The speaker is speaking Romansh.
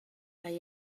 hai